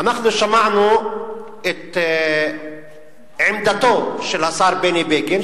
אנחנו שמענו את עמדתו של השר בני בגין,